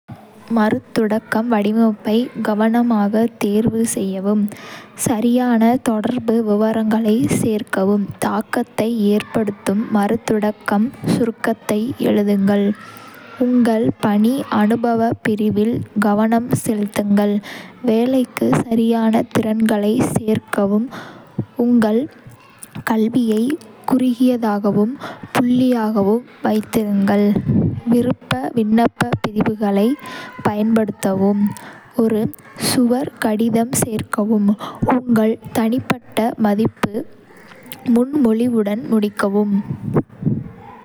மறுதொடக்கம் வடிவமைப்பை கவனமாக தேர்வு செய்யவும்.சரியான தொடர்பு விவரங்களைச் சேர்க்கவும். தாக்கத்தை ஏற்படுத்தும் மறுதொடக்கம் சுருக்கத்தை எழுதுங்கள். உங்கள் பணி அனுபவப் பிரிவில் கவனம் செலுத்துங்கள்.வேலைக்கு சரியான திறன்களைச் சேர்க்கவும். உங்கள் கல்வியை குறுகியதாகவும் புள்ளியாகவும் வைத்திருங்கள்.விருப்ப விண்ணப்பப் பிரிவுகளைப் பயன்படுத்தவும். ஒரு கவர் கடிதம் சேர்க்கவும். உங்கள் தனிப்பட்ட மதிப்பு முன்மொழிவுடன் முடிக்கவும்.